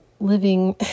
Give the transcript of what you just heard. living